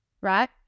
right